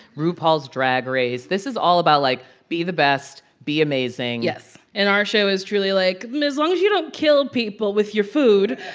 rupaul's drag race. this is all about, like, be the best be amazing yes. and our show is truly like as long as you don't kill people with your food.